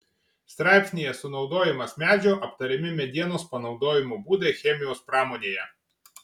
straipsnyje sunaudojimas medžio aptariami medienos panaudojimo būdai chemijos pramonėje